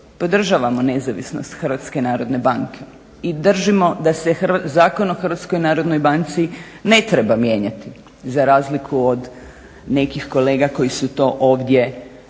podržavamo nezavisnost Hrvatske narodne banke i držimo da se Zakon o hrvatskoj narodnoj banci ne treba mijenjati za razliku od nekih kolega koji su to ovdje iznosili